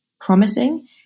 promising